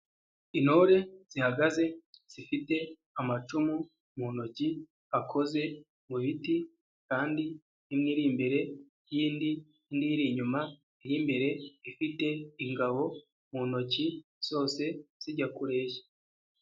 Intore zihagaze zifite amacumu mu ntoki akoze mu biti kandi imwe iri imbere y'indi, indi iri inyuma, iy'imbere ifite ingabo mu ntoki zose zijya kureshya.